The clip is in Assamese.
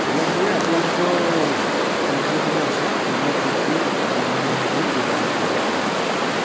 এনেধৰণে আপোনালোকৰ পলিচি সমূহ আছে যিবিলাক পলিচি মহিলাসকলে ব্যৱহাৰ কৰিব পাৰে